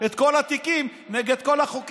שדרך אגב לא עושה כלום חוץ מלסגור את התיקים